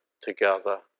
together